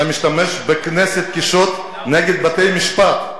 אתה משתמש בכנסת כשוט נגד בתי-משפט.